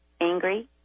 angry